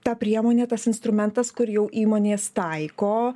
ta priemonė tas instrumentas kur jau įmonės taiko